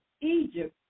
egypt